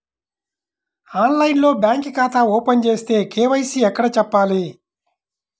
ఆన్లైన్లో బ్యాంకు ఖాతా ఓపెన్ చేస్తే, కే.వై.సి ఎక్కడ చెప్పాలి?